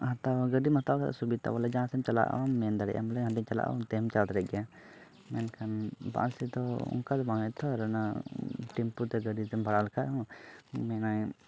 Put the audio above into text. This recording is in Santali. ᱦᱟᱛᱟᱣᱟ ᱜᱟᱹᱰᱤᱢ ᱦᱟᱛᱟᱣ ᱠᱷᱟᱱ ᱥᱩᱵᱤᱫᱷᱟ ᱵᱚᱞᱮ ᱡᱟᱦᱟᱸ ᱥᱮᱫ ᱮᱢ ᱪᱟᱞᱟᱜᱼᱟ ᱢᱮᱱ ᱫᱟᱲᱮᱭᱟᱜᱼᱟᱢ ᱵᱚᱞᱮ ᱦᱟᱸᱰᱮᱧ ᱪᱟᱞᱟᱜᱼᱟ ᱚᱱᱛᱮᱢ ᱪᱟᱞᱟᱣ ᱫᱟᱲᱮᱭᱟᱜ ᱜᱮᱭᱟ ᱢᱮᱱᱠᱷᱟᱱ ᱵᱟᱥ ᱨᱮᱫᱚ ᱚᱱᱠᱟ ᱫᱚ ᱵᱟᱝ ᱦᱩᱭᱩᱜ ᱟᱛᱚ ᱟᱨ ᱚᱱᱟ ᱴᱮᱢᱯᱩ ᱛᱮ ᱜᱟᱹᱰᱤ ᱫᱚᱢ ᱵᱷᱟᱲᱟ ᱞᱮᱠᱷᱟᱱ ᱦᱚᱸ ᱢᱮᱱᱟᱭ